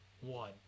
one